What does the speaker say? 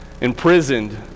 imprisoned